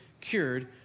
cured